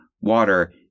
water